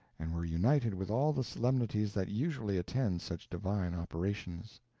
and were united with all the solemnities that usually attend such divine operations.